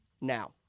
now